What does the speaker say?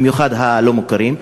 במיוחד הלא-מוכרים,